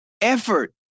effort